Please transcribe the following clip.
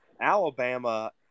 Alabama